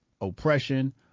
oppression